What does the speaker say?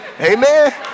Amen